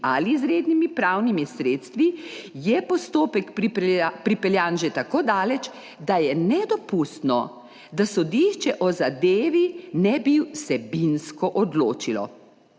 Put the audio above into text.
ali izrednimi pravnimi sredstvi, je postopek pripeljan že tako daleč, da je nedopustno, da sodišče o zadevi ne bi vsebinsko odločilo.